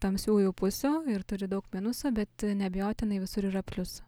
tamsiųjų pusių ir turi daug minusų bet neabejotinai visur yra pliusų